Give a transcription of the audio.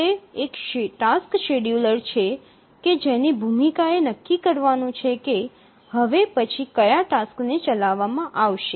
તે એક task scheduler છે કે જેની ભૂમિકા એ નક્કી કરવાનું છે કે હવે પછી કયા ટાસ્કને ચલાવવામાં આવશે